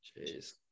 Jeez